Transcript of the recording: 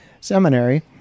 seminary